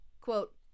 quote